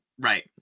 Right